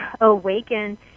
awaken